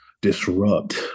disrupt